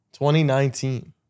2019